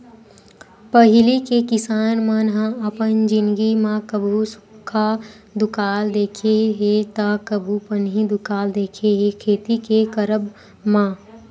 पहिली के किसान मन ह अपन जिनगी म कभू सुक्खा दुकाल देखे हे ता कभू पनिहा दुकाल देखे हे खेती के करब म